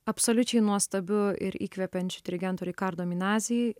absoliučiai nuostabiu ir įkvepiančiu dirigentu riccardo minasi